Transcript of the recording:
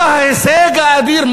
מה ההישג האדיר,